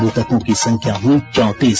मृतकों की संख्या हुई चौंतीस